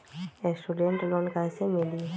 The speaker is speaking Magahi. स्टूडेंट लोन कैसे मिली?